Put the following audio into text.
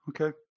Okay